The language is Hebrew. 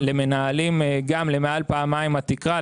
למנהלים, גם למעל פעמיים התקרה.